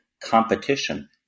competition